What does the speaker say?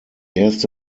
erste